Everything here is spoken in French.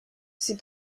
ses